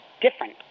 different